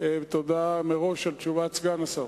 ותודה מראש על תשובת סגן השר.